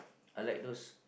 I like those